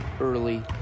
early